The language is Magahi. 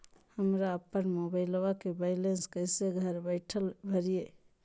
हमरा अपन मोबाइलबा के बैलेंस कैसे घर बैठल भरिए?